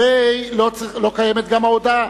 הרי לא קיימת גם ההודעה,